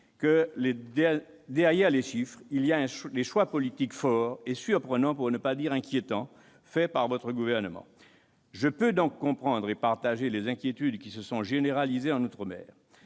que, derrière les chiffres, il existe des choix politiques forts et surprenants, pour ne pas dire inquiétants, faits par votre gouvernement. Je peux donc comprendre et partager les inquiétudes qui se sont généralisées en outre-mer.